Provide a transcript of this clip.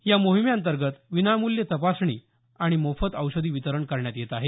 या मोहिमेअंतर्गत विनामूल्य तपासणी आणि मोफत औषधी वितरण करण्यात येत आहे